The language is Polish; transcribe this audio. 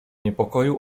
niepokoju